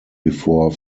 before